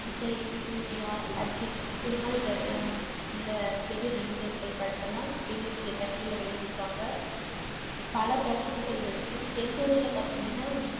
விஜய் சூர்யா அஜித் இதுமாதிரி நெ உள்ள பெரிய நடிகர்கள் படத்தெல்லாம் பெரிய பெரிய தேட்டரில் வெளியிடுவாங்க பல தேட்டர்கள் இருக்குது எங்கள் ஊரில் பார்த்தீங்கன்னா